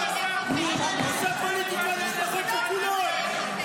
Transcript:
----- עושה פוליטיקה על משפחות שכולות.